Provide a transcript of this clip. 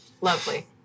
Lovely